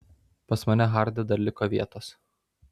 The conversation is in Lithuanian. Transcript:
pas mane harde dar liko vietos